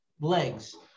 legs